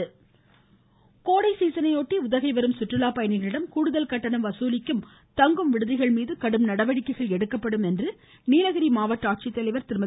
ம் ம் ம் ம உதகை கோடை சீசனையொட்டி உதகை வரும் சுற்றுலா பயணிகளிடம் கூடுதல் கட்டணம் வசூலிக்கும் தங்கும் விடுதிகள் மீது கடுமையான நடவடிக்கைகள் எடுக்கப்படும் என்று நீலகிரி மாவட்ட ஆட்சித்தலைவர் திருமதி